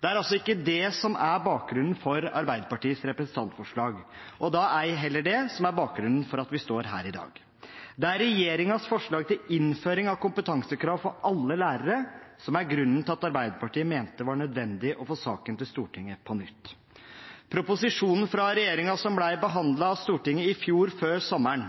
Det er altså ikke det som er bakgrunnen for Arbeiderpartiets representantforslag, og derfor ei heller det som er bakgrunnen for at vi står her i dag. Det er regjeringens forslag til innføring av kompetansekrav for alle lærere som er grunnen til at Arbeiderpartiet mente det var nødvendig å få saken til Stortinget på nytt – proposisjonen fra regjeringen, som ble behandlet av Stortinget i fjor før sommeren,